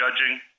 judging